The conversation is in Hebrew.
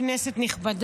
חבר הכנסת מיקי לוי,